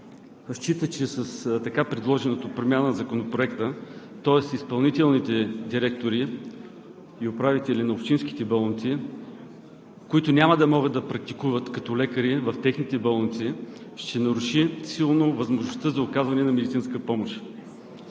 счита, че с така предложената промяна в Законопроекта, тоест изпълнителните директори и управители на общинските болници, които няма да могат да практикуват като лекари в техните болници, ще наруши силно възможността за оказване на медицинска помощ.